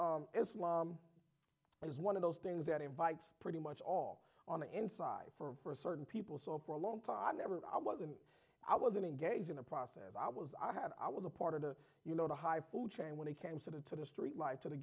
is one of those things that invites pretty much all on the inside for certain people so for a long time i never i wasn't i wasn't engaged in the process i was i had i was a part of the you know the high food chain when it came sort of to the street life to the